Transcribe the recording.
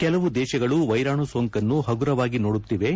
ಕೆಲವು ದೇಶಗಳು ವೈರಾಣು ಸೋಂಕನ್ನು ಹಗುರವಾಗಿ ನೋಡುತ್ತಿವೆ